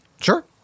Sure